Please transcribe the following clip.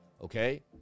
okay